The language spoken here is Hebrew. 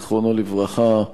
זיכרונו לברכה,